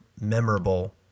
memorable